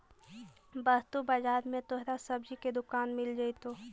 वस्तु बाजार में तोहरा सब्जी की दुकान मिल जाएतो